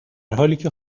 حالیکه